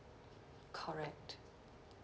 correct